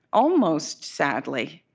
almost sadly